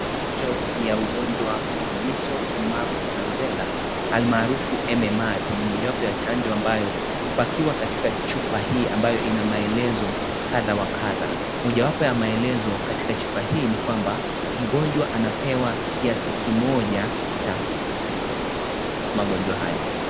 Chanjo ya ugonjwa ya Measles Mumps na Rubella almarufu MMR, ni moja wapo wa chanjo ambayo upakiwa kwa chupa hii ambayo inamaelezo kadha wa kadha. Moja wapo wa maelezo katika chupa hii ni, mgonjwa anapewa ya Magonjwa haya.